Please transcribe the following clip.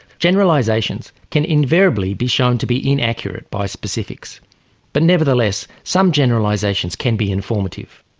generalizations can invariably be shown to be inaccurate by specifics but nevertheless some generalizations can be informative.